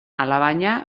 alabaina